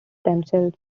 themselves